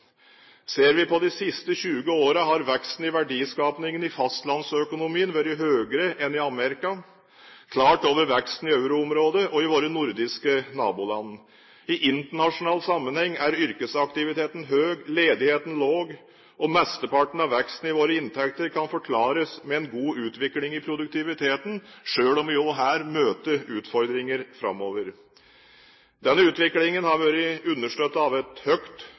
Ser vi på de siste 20 årene, har veksten i verdiskapingen i fastlandsøkonomien vært høyere enn i USA og klart over veksten i euroområdet og i våre nordiske naboland. I internasjonal sammenheng er yrkesaktiviteten høy og ledigheten lav. Mesteparten av veksten i våre inntekter kan forklares med en god utvikling i produktiviteten, selv om vi også her vil møte utfordringer framover. Denne utviklingen har vært understøttet av et høyt